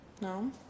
No